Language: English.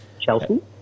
Chelsea